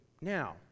Now